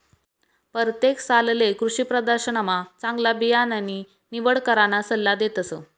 परतेक सालले कृषीप्रदर्शनमा चांगला बियाणानी निवड कराना सल्ला देतस